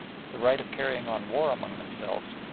the right of carrying on war among themselves,